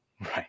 Right